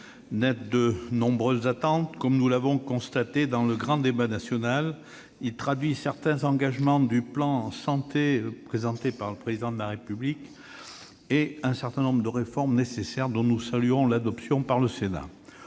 naître de nombreuses attentes, comme nous l'avons constaté au cours du grand débat national. Il traduit certains engagements du plan Santé présenté par le Président de la République et contient un certain nombre de réformes nécessaires, dont nous saluons l'adoption par le Sénat.